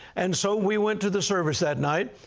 and so we went to the service that night.